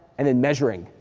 and then measuring,